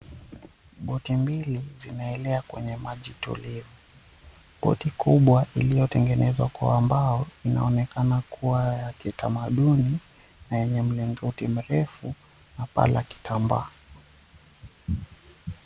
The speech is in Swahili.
Boti mbili zimeelea kwenye maji tulivu. boti kubwa iliyotengenezwa kwa mbao inaonekana kuwa ya kitamaduni na yenye mlingoti mrefu na paa la kitambaa.